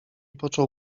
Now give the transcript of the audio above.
począł